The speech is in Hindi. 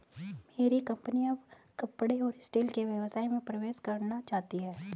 मेरी कंपनी अब कपड़े और स्टील के व्यवसाय में प्रवेश करना चाहती है